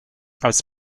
als